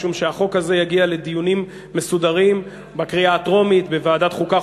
משום שהחוק הזה יגיע לדיונים מסודרים בקריאה הטרומית בוועדת החוקה,